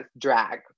drag